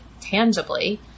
tangibly